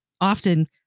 often